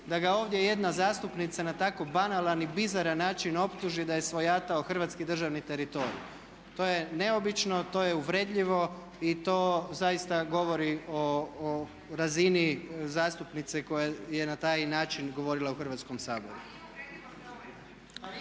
da ga ovdje jedna zastupnica na tako banalan i bizaran način optuži da je svojatao hrvatski državni teritorij. To je neobično, to je uvredljivo i to zaista govori o razini zastupnice koja je na taj način govorila u Hrvatskom saboru.